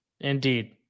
indeed